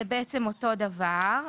זה אותו דבר,